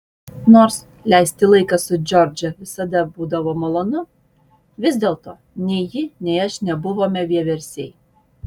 nors leisti laiką su džordže visada būdavo malonu vis dėlto nei ji nei aš nebuvome vieversiai